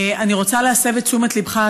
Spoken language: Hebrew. אני רוצה להסב את תשומת ליבך,